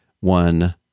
one